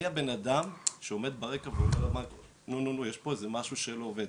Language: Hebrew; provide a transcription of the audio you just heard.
מי הבן אדם שעומד ברקע ואומר נו נו נו יש פה משהו שלא עובד?